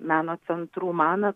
meno centrų mana